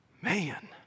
Man